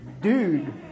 Dude